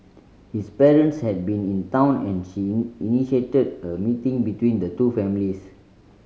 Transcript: his parents had been in town and she initiated a meeting between the two families